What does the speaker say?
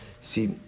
See